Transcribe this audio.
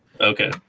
okay